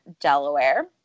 Delaware